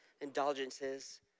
indulgences